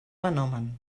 fenomen